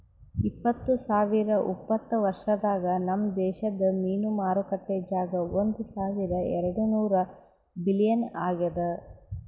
ಇಪ್ಪತ್ತು ಸಾವಿರ ಉಪತ್ತ ವರ್ಷದಾಗ್ ನಮ್ ದೇಶದ್ ಮೀನು ಮಾರುಕಟ್ಟೆ ಜಾಗ ಒಂದ್ ಸಾವಿರ ಎರಡು ನೂರ ಬಿಲಿಯನ್ ಆಗ್ಯದ್